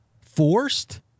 forced